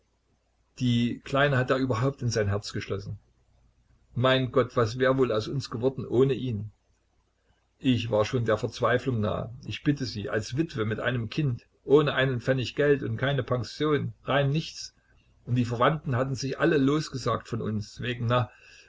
die kleine hat er überhaupt in sein herz geschlossen mein gott was wär wohl aus uns geworden ohne ihn ich war schon der verzweiflung nahe ich bitte sie als witwe mit einem kind ohne einen pfennig geld und keine pension rein nichts und die verwandten hatten sich alle losgesagt von uns wegen